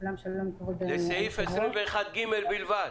הערות לסעיף 21ג בלבד.